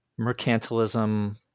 mercantilism